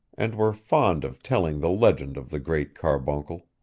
and were fond of telling the legend of the great carbuncle.